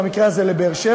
במקרה הזה באר-שבע,